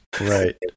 Right